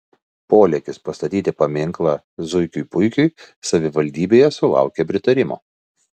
polėkis pastatyti paminklą zuikiui puikiui savivaldybėje sulaukė pritarimo